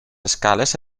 escales